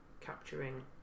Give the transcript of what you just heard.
capturing